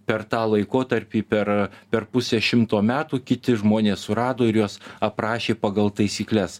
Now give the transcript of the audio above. per tą laikotarpį per per pusę šimto metų kiti žmonės surado ir juos aprašė pagal taisykles